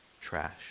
trash